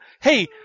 Hey